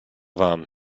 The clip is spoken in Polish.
wam